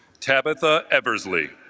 tabatha eversley